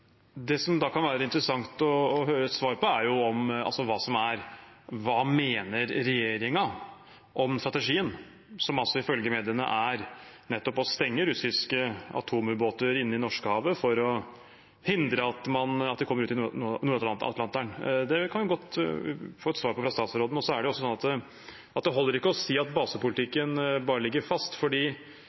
Det som det da kan være interessant å høre et svar på, er hva regjeringen mener om strategien, som ifølge mediene nettopp er å stenge russiske atomubåter inne i Norskehavet for å hindre at de kommer ut i Nord-Atlanteren. Det kan vi godt få et svar på fra statsråden. Det holder ikke å si at basepolitikken bare ligger fast, for